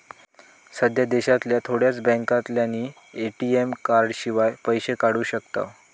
सध्या देशांतल्या थोड्याच बॅन्कांतल्यानी ए.टी.एम कार्डशिवाय पैशे काढू शकताव